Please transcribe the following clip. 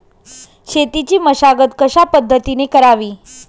शेतीची मशागत कशापद्धतीने करावी?